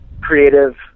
creative